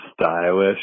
stylish